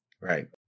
Right